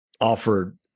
offered